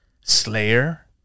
Slayer